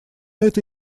это